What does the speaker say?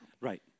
Right